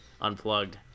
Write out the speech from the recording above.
unplugged